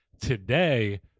Today